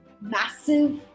massive